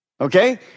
Okay